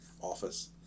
Office